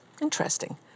Interesting